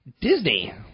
Disney